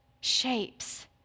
shapes